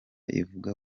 ivuga